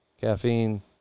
Caffeine